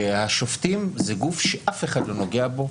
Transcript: שהשופטים זה גוף שאף אחד לא נוגע בו,